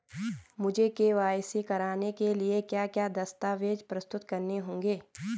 मुझे के.वाई.सी कराने के लिए क्या क्या दस्तावेज़ प्रस्तुत करने होंगे?